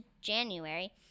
January